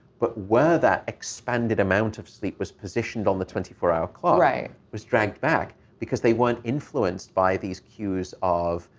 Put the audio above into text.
but where that expanded amount of sleep was positioned on the twenty four hour clock was dragged back because they weren't influenced by these cues of,